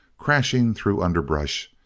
crashing through underbrush,